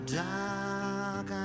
dark